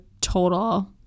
total